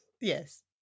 Yes